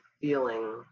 feeling